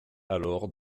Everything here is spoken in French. alors